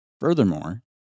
Furthermore